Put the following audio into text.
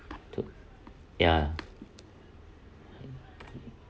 to ya